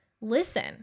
Listen